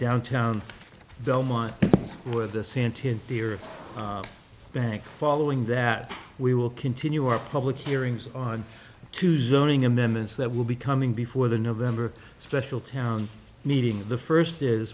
downtown belmont or the santon fear of bank following that we will continue our public hearings on two zooming amendments that will be coming before the november special town meeting the first is